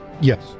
Yes